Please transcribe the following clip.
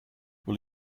will